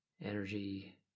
energy